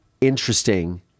interesting